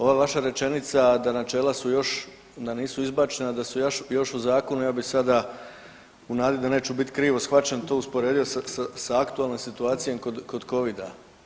Ova vaša rečenica da načela su još, da nisu izbačena, da su još u zakonu ja bi sada u nadi da neću biti krivo shvaćen to usporedio sa aktualnom situacijom kod Covida.